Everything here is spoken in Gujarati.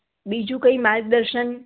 બીજું કંઈ માર્ગદર્શન